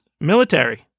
military